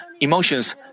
emotions